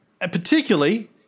Particularly